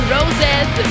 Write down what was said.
Roses